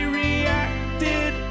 reacted